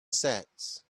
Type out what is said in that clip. sets